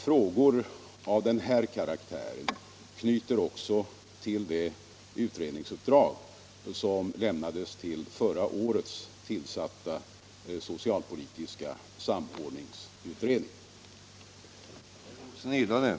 Frågor av denna karaktär knyter också an till det utredningsuppdrag som lämnades till den förra året tillsatta socialpolitiska samordningsutredningen.